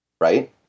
Right